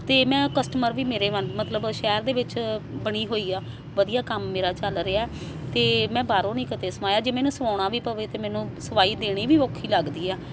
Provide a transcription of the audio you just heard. ਅਤੇ ਮੈਂ ਕਸਟਮਰ ਵੀ ਮੇਰੇ ਵਨ ਮਤਲਬ ਸ਼ਹਿਰ ਦੇ ਵਿੱਚ ਬਣੀ ਹੋਈ ਆ ਵਧੀਆ ਕੰਮ ਮੇਰਾ ਚੱਲ ਰਿਹਾ ਅਤੇ ਮੈਂ ਬਾਹਰੋਂ ਨਹੀਂ ਕਦੇ ਸਵਾਇਆ ਜੇ ਮੈਨੂੰ ਸਵਾਉਣਾ ਵੀ ਪਵੇ ਤਾਂ ਮੈਨੂੰ ਸਵਾਈ ਦੇਣੀ ਵੀ ਔਖੀ ਲੱਗਦੀ ਆ